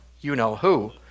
you-know-who